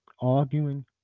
arguing